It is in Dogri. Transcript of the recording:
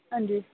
हां जी